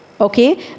okay